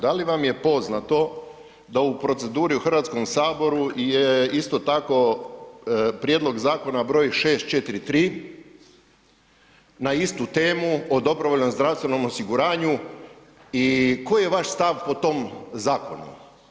Da li vam je poznato da u proceduri u HS-u je isto tako, prijedlog zakona br. 643 na istu temu o dobrovoljnom zdravstvenom osiguranju i koji je vaš stav po tom zakonu?